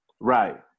Right